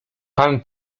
pan